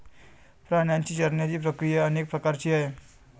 प्राण्यांची चरण्याची प्रक्रिया अनेक प्रकारची आहे